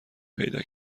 پیدا